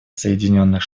соединенных